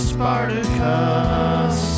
Spartacus